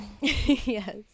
Yes